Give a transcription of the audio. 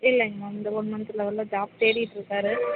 இல்லைங்க மேம் இந்த one month லெவல்ல ஜாப் தேடிட்ருக்கார்